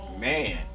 Man